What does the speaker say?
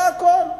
זה הכול.